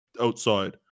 outside